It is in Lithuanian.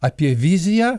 apie viziją